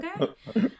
okay